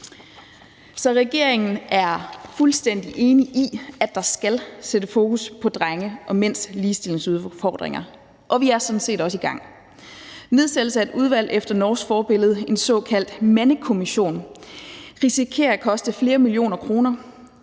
Så regeringen er fuldstændig enig i, at der skal sættes fokus på drenge og mænds ligestillingsudfordringer, og vi er sådan set også i gang. En nedsættelse af et udvalg efter norsk forbillede, en såkaldt mandekommission, risikerer at koste flere millioner kroner,